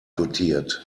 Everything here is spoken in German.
dotiert